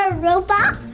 ah robot